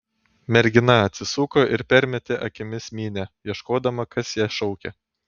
mergina atsisuko ir permetė akimis minią ieškodama kas ją šaukia